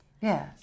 Yes